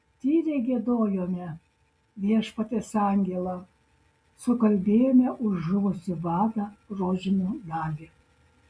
tyliai giedojome viešpaties angelą sukalbėjome už žuvusį vadą rožinio dalį